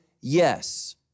yes